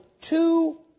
two